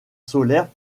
solaire